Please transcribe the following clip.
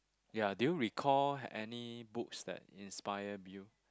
ya did you recall any books that inspired you